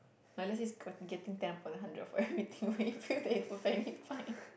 like let's say he's got getting ten upon a hundred for everything will you feels that it perfectly fine